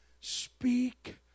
speak